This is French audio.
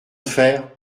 faire